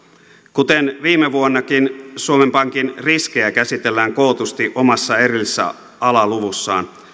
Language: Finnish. kuten viime vuonnakin suomen pankin riskejä käsitellään kootusti omassa erillisessä alaluvussaan